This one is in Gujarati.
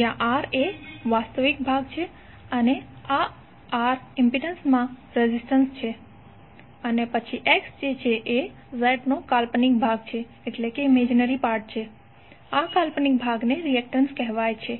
જ્યાં R વાસ્તવિક ભાગ છે અને આ R ઇમ્પિડન્સમાં રેઝિસ્ટન્સ સિવાય કંઈ નથી અને પછી X જે Z નો કાલ્પનિક ઇમેજીનરી ભાગ છે અને આ કાલ્પનિક ભાગને રિએક્ટન્સ કહેવાય છે